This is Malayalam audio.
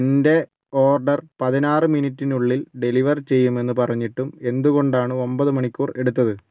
എന്റെ ഓർഡർ പതിനാറു മിനിറ്റിനുള്ളില് ഡെലിവർ ചെയ്യുമെന്ന് പറഞ്ഞിട്ടും എന്തുകൊണ്ടാണ് ഒൻപത് മണിക്കൂർ എടുത്തത്